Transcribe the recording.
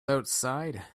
outside